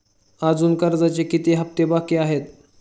अजुन कर्जाचे किती हप्ते बाकी आहेत?